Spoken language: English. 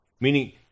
Meaning